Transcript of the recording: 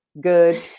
good